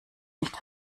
nicht